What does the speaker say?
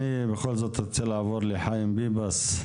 אני בכל זאת רוצה לעבור לחיים ביבס,